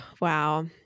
Wow